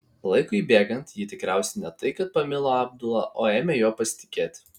laikui bėgant ji tikriausiai ne tai kad pamilo abdula o ėmė juo pasitikėti